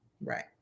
Right